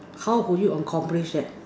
how would you accomplish that